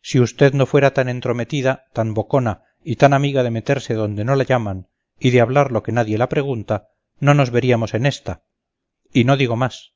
si usted no fuera tan entrometida tan bocona y tan amiga de meterse donde no la llaman y de hablar lo que nadie la pregunta no nos veríamos en esta y no digo más